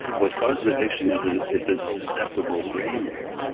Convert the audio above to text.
what causes addiction is ah if there is a susceptible brain there.